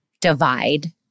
divide